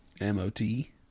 M-O-T